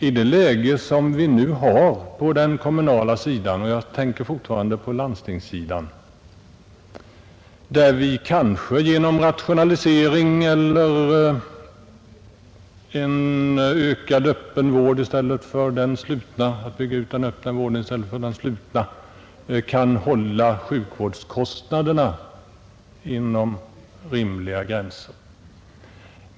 I det läge som vi nu har på den kommunala sidan — jag tänker fortfarande i första hand på landstingssidan — kan vi kanske genom att rationalisera eller bygga ut den öppna vården i stället för den slutna hålla sjukvårdskostnaderna inom rimliga gränser.